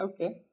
okay